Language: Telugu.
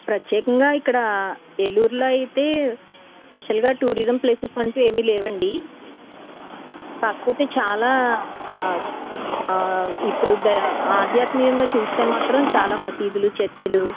ప్రత్యేకంగా ఇక్కడ ఏలూరులో అయితే స్పెషల్గా టూరిజం ప్లేసెస్ అంటూ ఏమీ లేవండి కాకపోతే చాలా ఇప్పుడు బై ఆధ్యాత్మికంగా చూస్తే మాత్రం చాలా మసీదులు చర్చ్లు